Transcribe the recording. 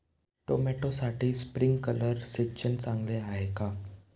टोमॅटोसाठी स्प्रिंकलर सिंचन चांगले आहे का?